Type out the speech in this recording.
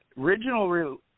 original